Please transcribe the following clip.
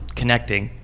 connecting